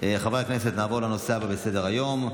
חברי הכנסת, נעבור לנושא הבא בסדר-היום,